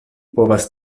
povas